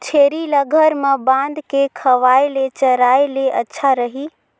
छेरी ल घर म बांध के खवाय ले चराय ले अच्छा रही?